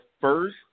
first